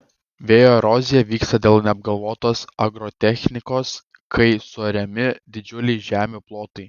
vėjo erozija vyksta dėl neapgalvotos agrotechnikos kai suariami didžiuliai žemių plotai